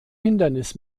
hindernis